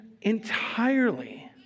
entirely